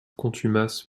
contumace